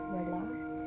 relax